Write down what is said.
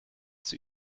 sie